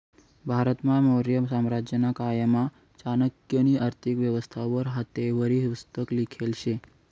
भारतमा मौर्य साम्राज्यना कायमा चाणक्यनी आर्थिक व्यवस्था वर हातेवरी पुस्तक लिखेल शे